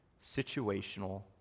situational